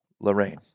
Lorraine